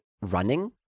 running